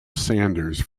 sanders